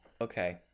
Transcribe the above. okay